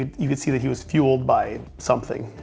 you could see that he was fueled by something,